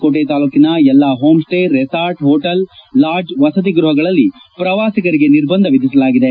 ಕೋಟೆ ತಾಲೂಕಿನ ಎಲ್ಲಾ ಹೋಂಸ್ಸೇ ರೆಸಾರ್ಟ್ ಹೊಟೇಲ್ ಲಾಡ್ಜ್ ವಸತಿ ಗೃಹಗಳಲ್ಲಿ ಪ್ರವಾಸಿಗರಿಗೆ ನಿರ್ಬಂಧ ವಿಧಿಸಲಾಗಿದೆ